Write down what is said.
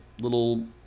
little